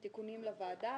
תיקונים לוועדה,